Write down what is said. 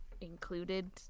included